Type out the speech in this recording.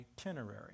itinerary